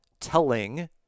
telling